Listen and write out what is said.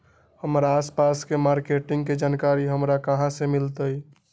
हमर आसपास के मार्किट के जानकारी हमरा कहाँ से मिताई?